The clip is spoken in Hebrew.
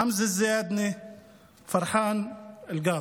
חמזה זיאדנה ופרחאן אלקאדי.